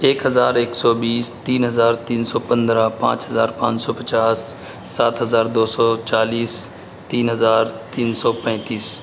ایک ہزار ایک سو بیس تین ہزار تین سو پندرہ پانچ ہزار پانچ سو پچاس سات ہزار دو سو چالیس تین ہزار تین سو پینتس